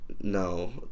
No